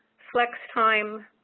flex time,